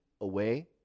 away